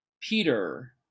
Peter